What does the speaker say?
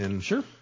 Sure